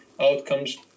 outcomes